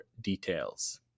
details